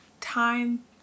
time